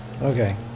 Okay